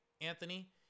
Anthony